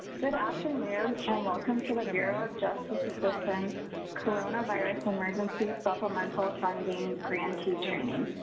good afternoon and welcome to the bureau of justice assistance coronavirus emergency supplemental funding grantee training.